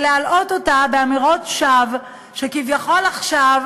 ולהלאות אותה באמירות שווא שכביכול עכשיו